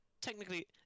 technically